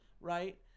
right